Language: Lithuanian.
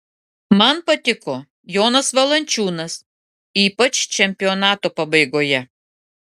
man patiko jonas valančiūnas ypač čempionato pabaigoje